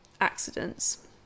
accidents